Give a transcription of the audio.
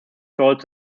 called